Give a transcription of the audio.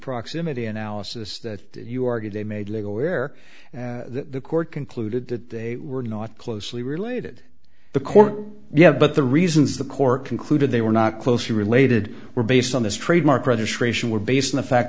proximity analysis that you argue they made legal where the court concluded that they were not closely related to the court yet but the reasons the court concluded they were not closely related were based on this trademark registration were based on the fact